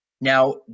now